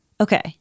Okay